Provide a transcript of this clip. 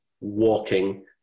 walking